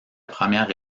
première